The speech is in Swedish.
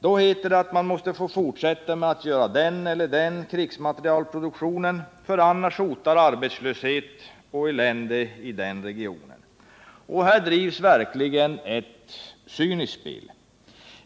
Då heter det att man måste få fortsätta med den eller den krigsmaterielproduktionen, ty annars hotar arbetslöshet och elände i regionen i fråga. Här drivs verkligen ett cyniskt spel.